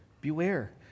beware